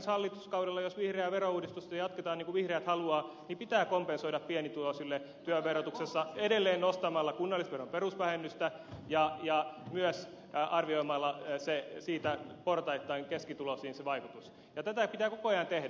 ensi hallituskaudella jos vihreää verouudistusta jatketaan niin kuin vihreät haluavat pitää kompensoida pienituloisille työn verotusta edelleen nostamalla kunnallisverotuksen perusvähennystä ja myös arvioimalla siitä portaittain keskituloisiin sen vaikutus ja tätä pitää koko ajan tehdä